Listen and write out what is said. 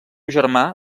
germà